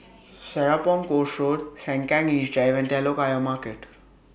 Serapong Course Road Sengkang East Drive and Telok Ayer Market